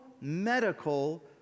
medical